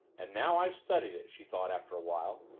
and now i've studied it, she thought after a while,